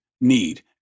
need